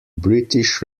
british